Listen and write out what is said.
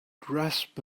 grasp